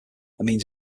means